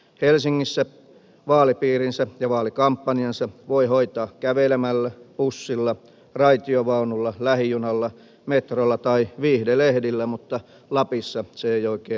helsingissä vaalipiirinsä ja vaalikampanjansa voi hoitaa kävelemällä bussilla raitiovaunulla lähijunalla metrolla tai viihdelehdillä mutta lapissa se ei oikein onnistu